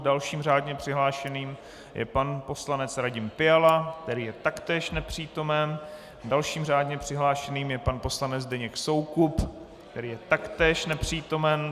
Dalším řádně přihlášeným je pan poslanec Radim Fiala, který je taktéž nepřítomen, dalším řádně přihlášeným je pan poslanec Zdeněk Soukup, který je taktéž nepřítomen.